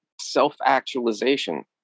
self-actualization